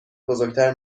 بزرگتر